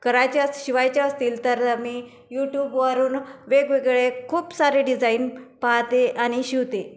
करायचे अस शिवायचे असतील तर मी युट्युबवरून वेगवेगळे खूप सारे डिझाईन पाहते आणि शिवते